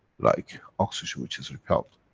like oxygen, which is repelled.